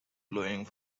blowing